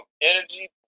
energy